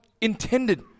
intended